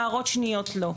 הערות שניות לא.